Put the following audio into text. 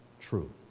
true